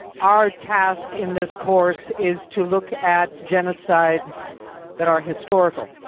our task in this course is to look at genocides that are historical.